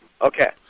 Okay